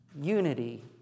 unity